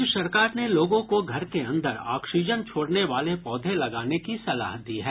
राज्य सरकार ने लोगों को घर के अन्दर ऑक्सीजन छोड़ने वाले पौधे लगाने की सलाह दी है